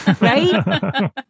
Right